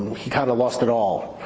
he kind of lost it all.